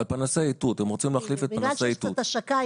הם רוצים להחליף את פנסי האיתות.